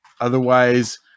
otherwise